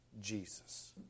Jesus